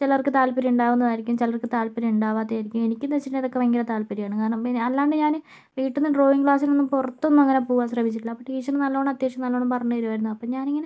ചിലർക്ക് താൽപര്യം ഉണ്ടാവുന്നതായിരിക്കും ചിലർക്ക് തല്പര്യം ഉണ്ടാവത്തതായിരിക്കും എനിക്കെന്ന് വച്ചിട്ടിണ്ടേല് ഇതൊക്കെ ഭയങ്കര താൽപര്യം ആണ് കാരണം പിന്നെ അല്ലാണ്ട് ഞാന് വീട്ടിൽ നിന്ന് ഡ്രോയിംഗ് ക്ലാസിനൊന്നും പുറത്തൊന്നും അങ്ങനെ പോവാൻ ശ്രമിച്ചിട്ടില്ല അപ്പോൾ ടീച്ചറു നല്ലോണം അത്യാവശ്യം നല്ലോണം പറഞ്ഞ് തരുവായിരിന്നു അപ്പം ഞാനിങ്ങനെ